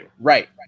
Right